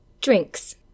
Drinks